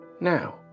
Now